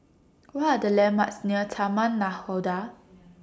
What Are The landmarks near Taman Nakhoda